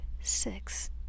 six